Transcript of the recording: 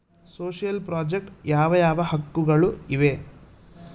Social project ಯಾವ ಯಾವ ಹಕ್ಕುಗಳು ಇವೆ?